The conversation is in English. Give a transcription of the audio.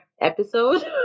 episode